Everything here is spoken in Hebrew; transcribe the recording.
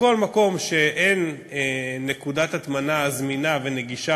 בכל מקום שאין נקודת הטמנה זמינה ונגישה